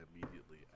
immediately